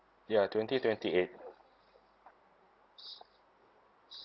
ya twenty twenty eight